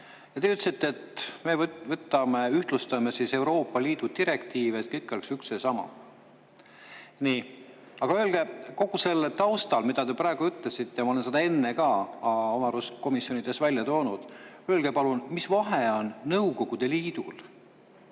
Ja te ütlesite, et me ühtlustame Euroopa Liidu direktiivi, et kõik oleks üks ja seesama. Nii, aga öelge palun kogu selle taustal, mida te praegu ütlesite, ja ma olen seda enne ka oma arust komisjonides välja toonud, et mis vahe on Nõukogude Liidul